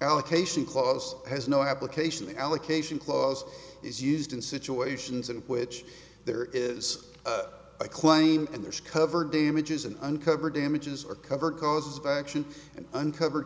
allocation clause has no application the allocation clause is used in situations in which there is a claim and there is covered damages and uncover damages are covered causes of action and uncovered